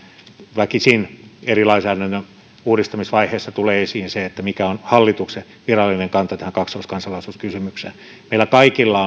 väkisin eri lainsäädännön uudistamisen vaiheissa tulee esiin mikä on hallituksen virallinen kanta tähän kaksoiskansalaisuuskysymykseen meillä kaikilla